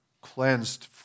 cleansed